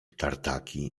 tartaki